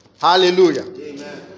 Hallelujah